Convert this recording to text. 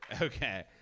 Okay